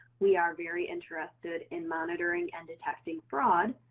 we are very interested in monitoring and detecting fraud,